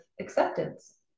acceptance